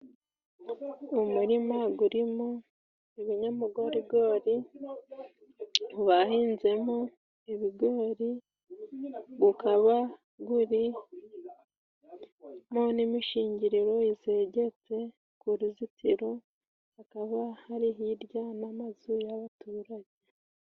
Umurima gurimo ibinyamugorigori bahinzemo ibigori, gukaba gurimo n'imishingiriro zegeretse ku ruzitiro, hakaba hari hirya n'amazu y'abatuyi.